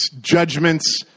judgments